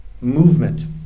movement